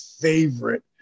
favorite